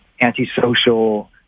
antisocial